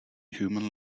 human